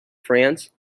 france